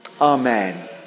Amen